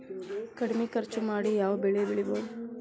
ಕಡಮಿ ಖರ್ಚ ಮಾಡಿ ಯಾವ್ ಬೆಳಿ ಬೆಳಿಬೋದ್?